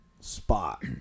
spot